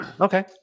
Okay